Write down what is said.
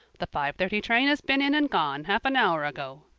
the five-thirty train has been in and gone half an hour ago,